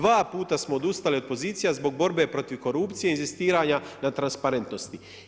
2 puta smo odustali od pozicija zbog borbe protiv korupcije i inzistiranja na transparentnosti.